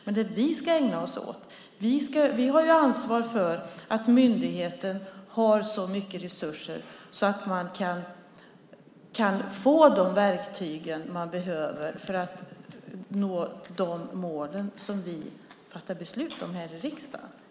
Men vi har ansvar för att myndigheter har så mycket resurser så att de kan få de verktyg de behöver för att nå de mål som vi fattar beslut om här i riksdagen.